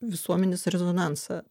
visuomenės rezonansą